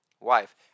Wife